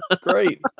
Great